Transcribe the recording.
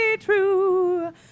true